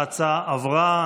ההצעה עברה,